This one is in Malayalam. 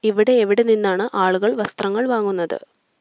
ഇവിടെ എവിടെ നിന്നാണ് ആളുകൾ വസ്ത്രങ്ങൾ വാങ്ങുന്നത്